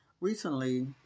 Recently